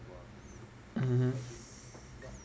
mmhmm